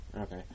Okay